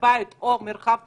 בבית או במרחב ציבורי,